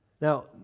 Now